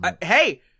Hey –